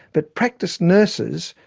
but practice nurses,